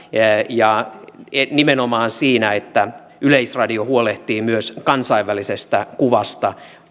nimenomaan siinä että yleisradio huolehtii myös kansainvälisestä kuvasta